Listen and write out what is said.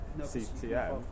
CTM